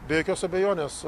be jokios abejonės